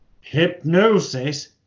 hypnosis